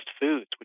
foods